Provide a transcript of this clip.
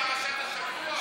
מה פרשת השבוע?